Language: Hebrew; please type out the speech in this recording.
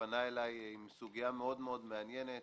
פנה אליי בסוגיה מאוד מאוד מעניינת,